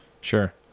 Sure